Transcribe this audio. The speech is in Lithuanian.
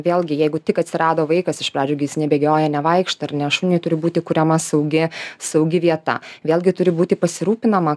vėlgi jeigu tik atsirado vaikas iš pradžių gi jis nebėgioja nevaikšto ar ne šuniui turi būti kuriama saugi saugi vieta vėlgi turi būti pasirūpinama